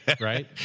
right